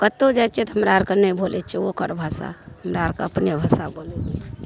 कतहुँ जाइ छियै तऽ हमरा आरके नहि बोलैत छियै ओकर भाषा हमरा आरके अपने भाषा बोलैत छियै